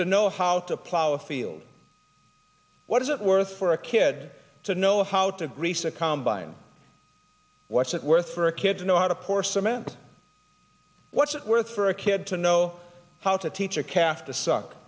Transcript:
to know how to plough a field what is it worth for a kid to know how to grease a combine what's it worth for a kids know how to pour cement what's it worth for a kid to know how to teach a calf to suck